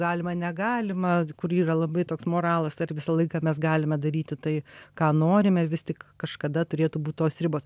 galima negalima kur yra labai toks moralas ar visą laiką mes galime daryti tai ką norime vis tik kažkada turėtų būt tos ribos